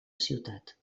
ciutat